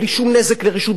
בלי שום נזק לרשות,